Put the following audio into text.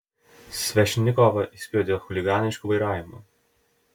svešnikovą įspėjo dėl chuliganiško vairavimo